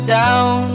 down